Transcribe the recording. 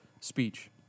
speech